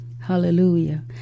hallelujah